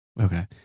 okay